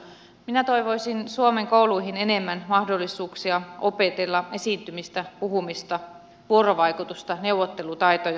minä toivoisin suomen kouluihin enemmän mahdollisuuksia opetella esiintymistä puhumista vuorovaikutusta neuvottelutaitoja